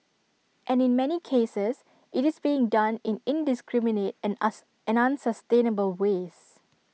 and in many cases IT is being done in indiscriminate and ask an unsustainable ways